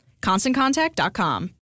ConstantContact.com